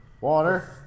Water